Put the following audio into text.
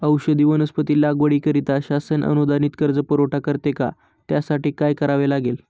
औषधी वनस्पती लागवडीकरिता शासन अनुदानित कर्ज पुरवठा करते का? त्यासाठी काय करावे लागेल?